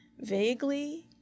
vaguely